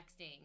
texting